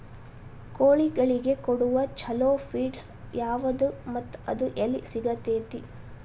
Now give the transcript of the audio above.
ಕೋಳಿಗಳಿಗೆ ಕೊಡುವ ಛಲೋ ಪಿಡ್ಸ್ ಯಾವದ ಮತ್ತ ಅದ ಎಲ್ಲಿ ಸಿಗತೇತಿ?